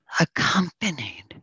accompanied